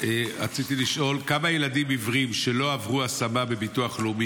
רציתי לשאול: 1. כמה ילדים עיוורים שלא עברו השמה בביטוח לאומי,